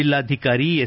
ಜಿಲ್ಲಾಧಿಕಾರಿ ಎಸ್